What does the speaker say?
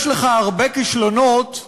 יש לך הרבה כישלונות,